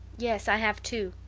yes, i have two.